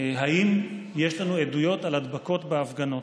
האם יש לנו עדויות על הדבקות בהפגנות?